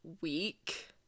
week